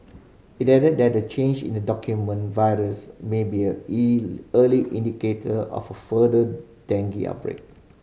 it added that the change in the dominant virus may be a early indicator of further dengue outbreak